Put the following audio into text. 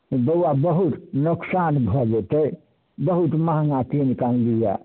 बौआ बहुत नोकसान भऽ जेतै बहुत महॅंगा कीन कऽ अनली यऽ